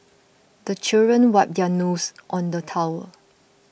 the children wipe their noses on the towel